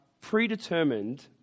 predetermined